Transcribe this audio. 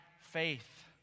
faith